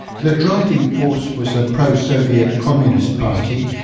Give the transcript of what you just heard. the driving force was a pro-soviet communist party,